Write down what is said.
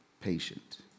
patient